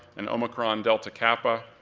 and omicron delta kappa,